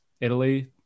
Italy